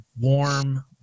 warm